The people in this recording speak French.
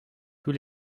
tous